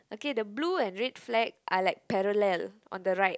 okay the blue and red flag are like parallel on the right